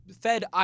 fed